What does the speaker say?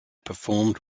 performed